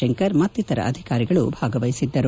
ಶಂಕರ್ ಮತ್ತಿತರ ಅಧಿಕಾರಿಗಳು ಭಾಗವಹಿಸಿದರು